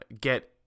get